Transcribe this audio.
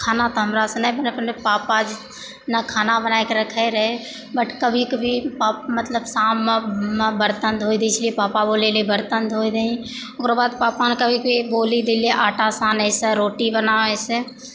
खाना तऽ हमरासँ नहि बनैत रहै पापा ने खाना बनाकऽ रखै रहै बट कभी कभी मतलब शाममे हमे बर्तन धोइ दै छलिए पापा बोलै रहै बर्तन धोइ दही ओकरा बाद पापा कभी कभी बोलि दै छलै आटा सानैसँ रोटी बनासँ